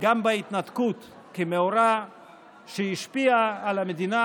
גם בהתנתקות כמאורע שהשפיע על המדינה,